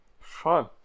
Fun